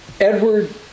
Edward